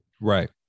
Right